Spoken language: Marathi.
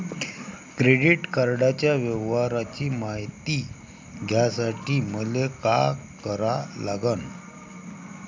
क्रेडिट कार्डाच्या व्यवहाराची मायती घ्यासाठी मले का करा लागन?